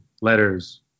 letters